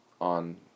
on